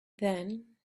then